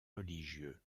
religieux